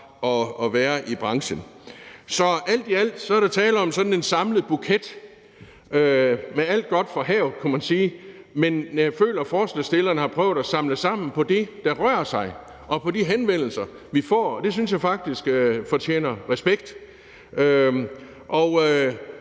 at være i branchen. Så alt i alt er der tale om en samlet buket med alt godt fra havet, kunne man sige, men jeg føler, at forslagsstillerne har prøvet at samle sammen på det, der rører sig, og på de henvendelser, vi får, og det synes jeg faktisk fortjener respekt.